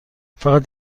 فقط